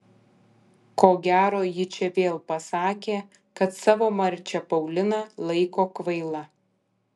ko gero ji čia vėl pasakė kad savo marčią pauliną laiko kvaila